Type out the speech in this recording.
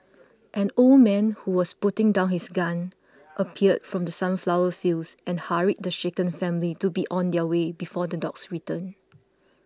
an old man who was putting down his gun appeared from the sunflower fields and hurried the shaken family to be on their way before the dogs return